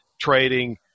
trading